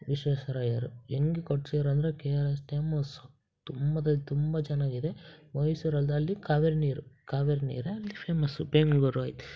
ವಿಶ್ವೇಶ್ವರಯ್ಯರು ಹೆಂಗ್ ಕಟ್ಸಿದ್ರಂದ್ರೆ K R S dam ಸ ತುಂಬದಲ್ಲಿ ತುಂಬ ಚೆನ್ನಾಗಿದೆ ಮೈಸೂರು ಅದರಲ್ಲಿ ಕಾವೇರಿ ನೀರು ಕಾವೇರಿ ನೀರೇ ಅಲ್ಲಿ ಫೇಮಸ್ಸು ಬೆಂಗ್ಳೂರು